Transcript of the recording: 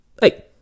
Hey